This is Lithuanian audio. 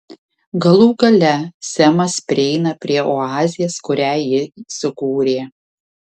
galų gale semas prieina prie oazės kurią ji sukūrė